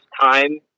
time